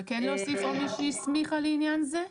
וכן להוסיף "או מי שהסמיכה לעניין זה"?